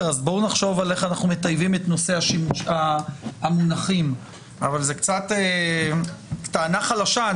בואו נחשוב על איך אנחנו מטייבים את נושא המונחים אבל זו קצת טענה חלשה.